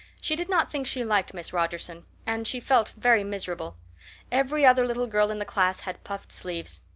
she did not think she liked miss rogerson, and she felt very miserable every other little girl in the class had puffed sleeves.